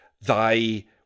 thy